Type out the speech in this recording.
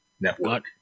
Network